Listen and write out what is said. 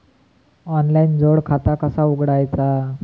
Online जोड खाता कसा उघडायचा?